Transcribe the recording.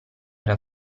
era